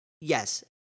yes